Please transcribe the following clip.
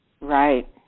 Right